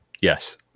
Yes